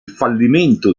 fallimento